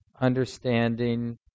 understanding